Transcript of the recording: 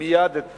מייד את